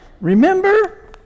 Remember